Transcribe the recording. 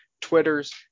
Twitters